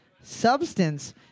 substance